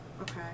Okay